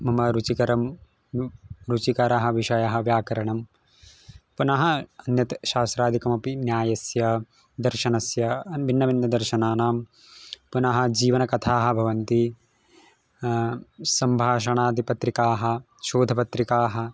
मम रुचिकरः रुचिकरः विषयः व्याकरणं पुनः अन्यत् शास्त्रादिकमपि न्यायस्य दर्शनस्य भिन्न्नभीदर्शनानां पुनः जीवनकथाः भवन्ति सम्भाषणादिपत्रिकाः शोधनपत्रिकाः